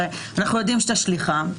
הרי אנחנו יודעים שאתה שליחם.